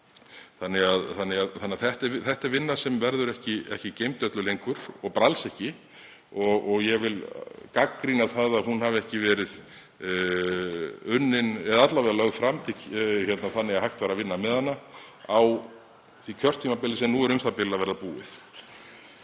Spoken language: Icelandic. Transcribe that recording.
Þetta er vinna sem verður ekki geymd öllu lengur og bara alls ekki og ég vil gagnrýna það að hún hafi ekki verið unnin eða hugmyndin alla vega lögð fram þannig að hægt væri að vinna með hana á því kjörtímabili sem nú er u.þ.b. að verða búið.